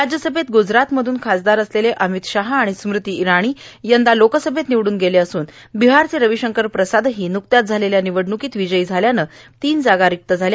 राज्य सभेत ग्जरातमधून खासदार असलेले अमित शाह आणि स्मृती ईराणी या लोकसभेत निवडून गेले असून बिहारचे रविशंकर प्रसादही न्कत्याच झालेल्या निवडणूकीत विजयी झाल्यानं तीन जागा रिक्त झाल्या